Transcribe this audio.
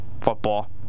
football